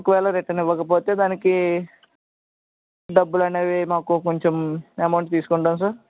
ఒకవేళ రిటర్న్ ఇవ్వకపోతే దానికి డబ్బులు అనేవి మాకు కొంచెం అమౌంట్ తీసుకుంటాము సార్